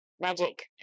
Magic